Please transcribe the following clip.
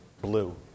blue